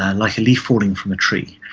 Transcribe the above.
ah like a leaf falling from a tree,